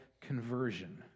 conversion